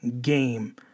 game